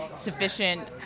sufficient